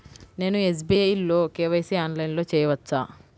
నేను ఎస్.బీ.ఐ లో కే.వై.సి ఆన్లైన్లో చేయవచ్చా?